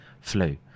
flu